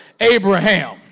Abraham